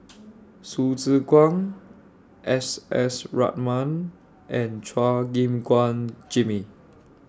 Hsu Tse Kwang S S Ratnam and Chua Gim Guan Jimmy